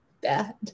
bad